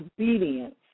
obedience